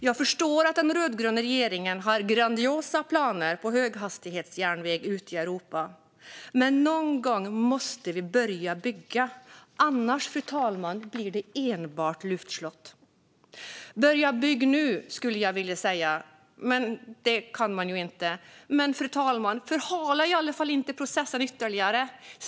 Jag förstår att den rödgröna regeringen har grandiosa planer på höghastighetsjärnväg ut i Europa, men någon gång måste vi börja bygga, annars blir det enbart luftslott. Börja bygga nu, skulle jag vilja säga, men det kan man ju inte göra. Men förhala i alla fall inte processen ytterligare!